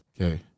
Okay